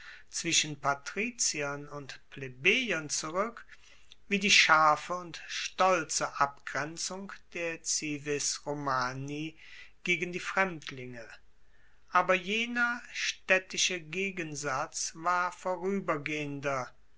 zwischen patriziern und plebejern zurueck wie die scharfe und stolze abgrenzung der cives romani gegen die fremdlinge aber jener staedtische gegensatz war voruebergehender